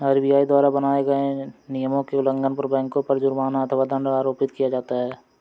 RBI द्वारा बनाए नियमों के उल्लंघन पर बैंकों पर जुर्माना अथवा दंड आरोपित किया जाता है